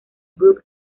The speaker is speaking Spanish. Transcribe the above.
brooks